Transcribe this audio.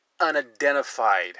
unidentified